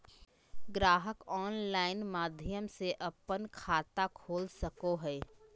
ग्राहक ऑनलाइन माध्यम से अपन खाता खोल सको हइ